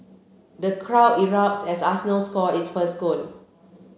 the crowd erupts as Arsenal score its first goal